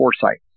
Foresight